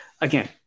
again